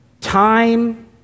Time